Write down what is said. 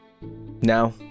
Now